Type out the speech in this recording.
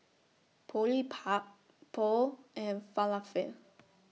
Boribap Pho and Falafel